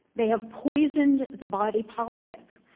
they have poisoned the body politic.